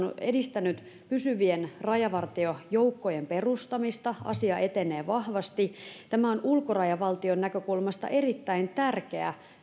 on edistänyt pysyvien rajavartiojoukkojen perustamista asia etenee vahvasti tämä on ulkorajavaltion näkökulmasta erittäin tärkeä